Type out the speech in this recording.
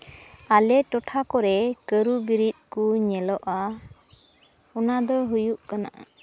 ᱟᱞᱮ ᱴᱚᱴᱷᱟ ᱠᱚᱨᱮᱜ ᱠᱟᱹᱨᱩ ᱵᱤᱨᱤᱫ ᱠᱚ ᱧᱮᱞᱚᱜᱼᱟ ᱚᱱᱟ ᱫᱚ ᱦᱩᱭᱩᱜ ᱠᱟᱱᱟ